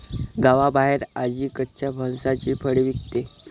गावाबाहेर आजी कच्च्या फणसाची फळे विकते